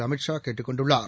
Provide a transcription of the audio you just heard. அமித் ஷா கேட்டுக் கொண்டுள்ளார்